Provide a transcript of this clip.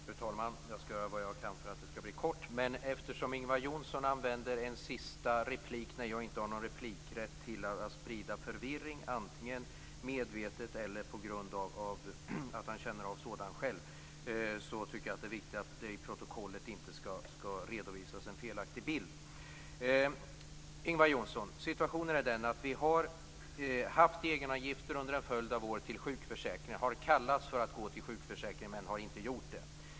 Fru talman! Jag skall göra vad jag kan för att det här skall bli kort. Men eftersom Ingvar Johnsson använder en sista replik, när jag inte har någon replikrätt, till att sprida förvirring, antingen medvetet eller på grund av att han känner sådan själv, tycker jag att det är viktigt att det inte redovisas en felaktig bild i protokollet. Situationen är den, Ingvar Johnsson, att vi har haft egenavgifter till sjukförsäkringar under en följd av år. Det har hetat att de har gått till sjukförsäkringar, men de har inte gjort det.